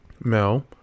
Mel